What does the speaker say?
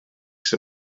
chi